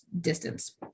distance